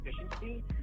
efficiency